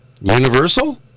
Universal